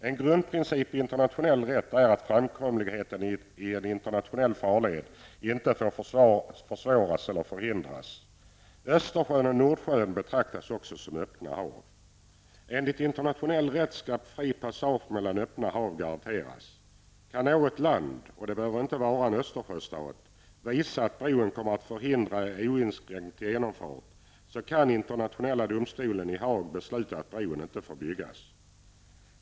En grundprincip i internationell rätt är att framkomligheten i en internationell farled inte får försvåras eller förhindras. Östersjön och Nordsjön betraktas också som öppna hav. Enligt internationell rätt skall fri passage mellan öppna hav garanteras. Kan något land -- och det behöver inte vara en Östersjöstat -- visa att bron kan komma att förhindra oinskränkt genomfart så kan internationella domstolen i Haag besluta att bron inte får byggas.